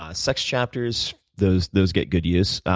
ah sex chapters, those those get good use,